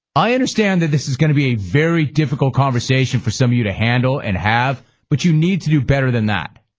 i understand that this is going to be a very difficult conversation for some of you to handle and have. but you need to do better than that.